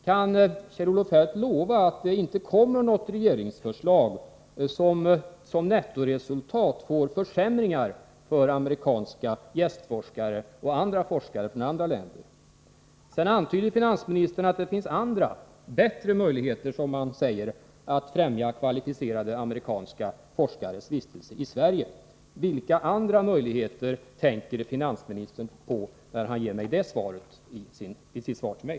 Kan Kjell-Olof Feldt lova att det inte kommer något regeringsförslag vars nettoresultat blir försämringar för amerikanska gästforskare eller forskare från andra länder? Finansministern antyder att det finns ”andra, bättre möjligheter att främja kvalificerade amerikanska forskares vistelse i Sverige”. Vilka andra möjligheter tänker finansministern på, när han uttrycker sig så i sitt svar till mig?